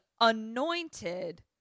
anointed